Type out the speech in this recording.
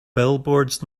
billboards